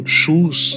shoes